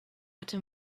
hatte